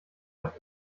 auf